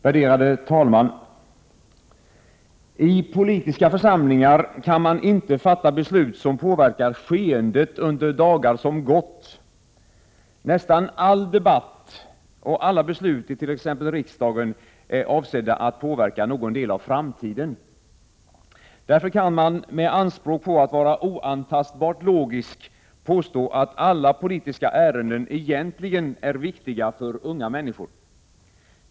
Herr talman! I politiska församlingar kan man inte fatta beslut som påverkar skeendet under dagar som gått. Nästan all debatt och alla beslut, i t.ex. riksdagen, är avsedda att påverka någon del av framtiden. Därför kan man — med anspråk på att vara oantastbart logisk — påstå att alla politiska ärenden egentligen är viktiga för unga människor.